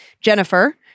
Jennifer